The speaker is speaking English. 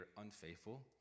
unfaithful